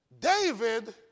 David